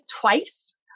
twice